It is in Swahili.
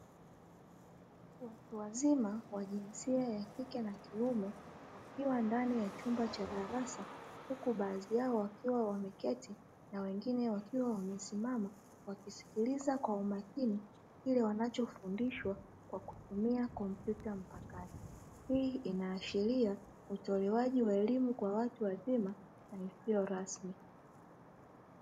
Watu wazima wa jinsia ya kike na ya kiume wakiwa ndani ya chumba cha darasa, huku baadhi yao wakiwa wameketi na wengine wakiwa wamesimama wakisikiliza kwa makini kile wanacho fundishwa kwa kutumia komputa mpakato. Hii inaashilia utolewaji wa elimu kwa watu wazima isiyo rasmi.